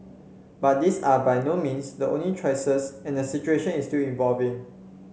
but these are by no means the only choices and the situation is still evolving